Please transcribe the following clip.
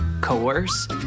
coerce